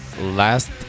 Last